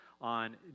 on